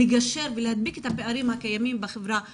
לגשר ולהדביק את הפערים הקיימים בחברה הבדואית.